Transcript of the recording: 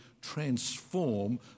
transform